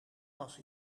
was